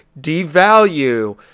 devalue